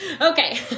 Okay